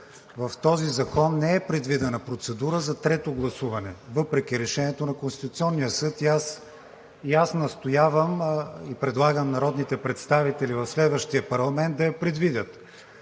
В този закон не е предвидена процедура за трето гласуване, въпреки решението на Конституционния съд, и аз настоявам, и предлагам народните представители в следващия парламент да я предвидят.